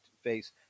face